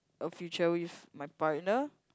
a future with my partner